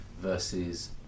versus